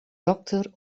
dokter